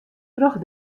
troch